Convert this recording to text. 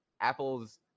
apple's